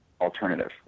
Alternative